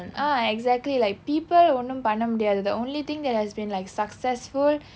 ah exactly like people ஒன்னும் பண்ண முடியாது:onnum panna mudiyaathu the only thing that has been like successful